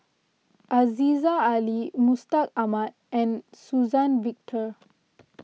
Aziza Ali Mustaq Ahmad and Suzann Victor